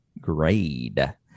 grade